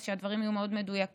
אז שהדברים יהיו מאוד מדויקים: